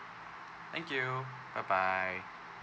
thank you bye bye